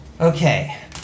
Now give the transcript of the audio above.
Okay